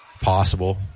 possible